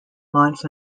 months